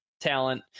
talent